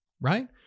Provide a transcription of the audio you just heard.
right